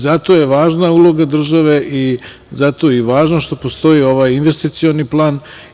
Zato je važna uloga države i zato je i važno što postoji ovaj investicioni plan.